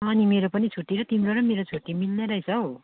अँ नि मेरो पनि छुट्टी र तिम्रो र मेरो छुट्टी मिल्दा रहेछ हौ